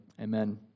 amen